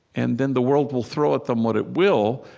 and then the world will throw at them what it will,